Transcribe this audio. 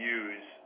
use